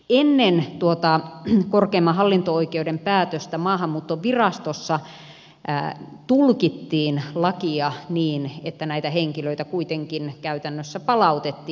ennen tuota korkeimman hallinto oikeuden päätöstä maahanmuuttovirastossa tulkittiin lakia niin että näitä henkilöitä kuitenkin käytännössä palautettiin